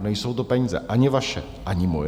Nejsou to peníze ani vaše, ani moje.